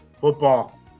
football